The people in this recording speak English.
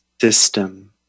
system